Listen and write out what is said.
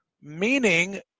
meaning